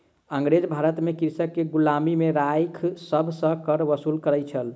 अँगरेज भारत में कृषक के गुलामी में राइख सभ सॅ कर वसूल करै छल